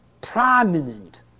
prominent